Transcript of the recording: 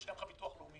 הוא שילם לך ביטוח לאומי,